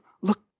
Look